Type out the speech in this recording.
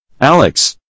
Alex